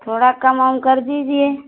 थोड़ा कम वम कर दीजिए